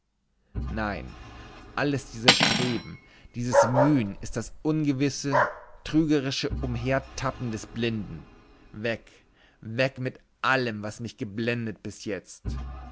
nein alles dieses streben dieses mühen ist das ungewisse trügerische umhertappen des blinden weg weg mit allem was mich geblendet bis jetzt